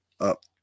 up